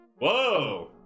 Whoa